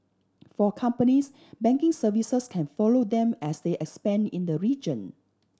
for companies banking services can follow them as they expand in the region